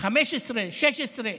15, 16,